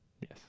Yes